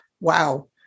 Wow